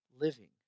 living